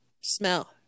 smell